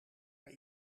naar